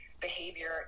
behavior